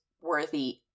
worthy